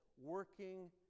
working